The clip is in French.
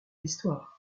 l’histoire